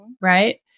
Right